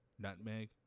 Nutmeg